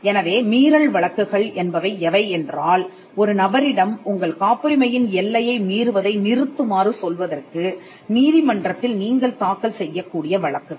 எனவே மீறல் வழக்குகள் என்பவை எவை என்றால் ஒரு நபரிடம் உங்கள் காப்புரிமையின் எல்லையை மீறுவதை நிறுத்துமாறு சொல்வதற்கு நீதிமன்றத்தில் நீங்கள் தாக்கல் செய்யக் கூடிய வழக்குகள்